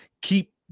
keep